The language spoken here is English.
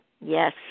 Yes